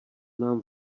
nám